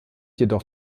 jedoch